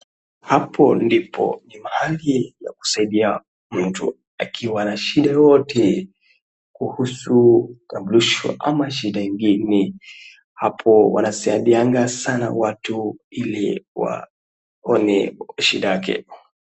Hapo ndipo ni mahali ya kusaidia mtu akiwa na shida yoyote kuhusu kitambulisho ama shida ingine, hapo wanasaidianga sana watu ili waone shida yake.